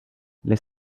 les